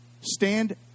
stand